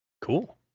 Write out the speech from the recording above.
Cool